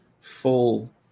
full